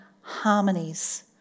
harmonies